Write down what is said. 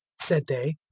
said they,